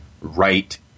right